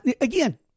Again